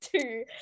Two